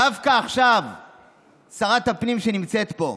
דווקא שרת הפנים, שנמצאת פה,